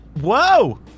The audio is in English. whoa